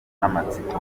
n’amatsiko